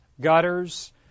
gutters